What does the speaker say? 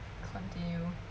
continue